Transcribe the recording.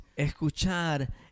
Escuchar